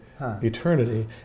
eternity